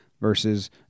versus